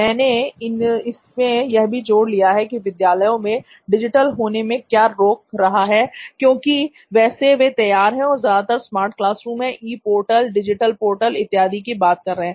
मैंने इसमें यह भी जोड़ लिया है कि विद्यालयों में डिजिटल होने से क्या रोक रहा है क्योंकि वैसे वे तैयार हैं और ज़्यादातर smart classroom e portal digital portal इत्यादि की बात कर रहे हैं